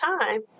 time